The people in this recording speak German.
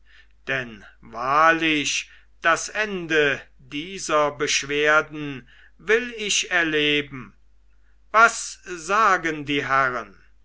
denn wahrlich das ende dieser beschwerden will ich erleben was sagen die herren